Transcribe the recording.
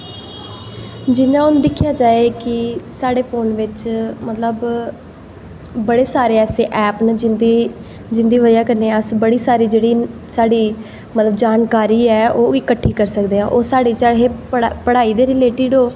जि'यां हून दिक्खेआ जाए कि साढ़े फोन बिच मतलब बड़े सारे ऐसे ऐप न जिं'दी जिं'दी बजह् कन्नै अस बड़ी सारी जेह्ड़ी साढ़ी मतलब जानकारी ऐ ओह् इकट्ठी करी सकदे आं ओह् साढ़ी चाहे पढ़ाई दे रिलेटिड ओ